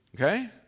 Okay